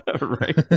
Right